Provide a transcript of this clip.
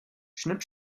schnipp